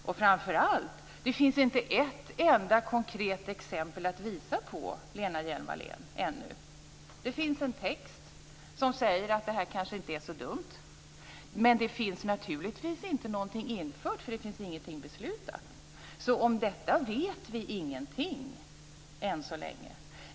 Och framför allt: Det finns ännu inte ett enda konkret exempel att peka på, Lena Hjelm-Wallén. Det finns en text som säger att öppenhet kanske inte är så dumt, men det finns naturligtvis ingenting infört eftersom det inte är någonting beslutat. Så om detta vet vi ingenting än så länge.